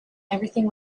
everything